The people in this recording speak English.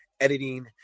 editing